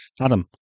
Adam